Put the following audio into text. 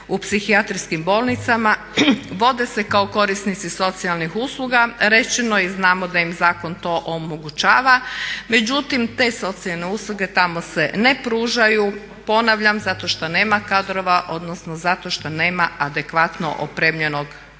u psihijatrijskim bolnicama vode se kao korisnici socijalnih usluga. Rečeno je i znamo da im zakon to omogućava, međutim te socijalne usluge tamo se ne pružaju, ponavljam zato što nema kadrova odnosno zato što nema adekvatno opremljenog